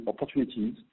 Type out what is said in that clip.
opportunities